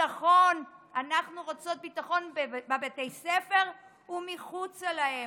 ביטחון בבתי הספר ומחוצה להם,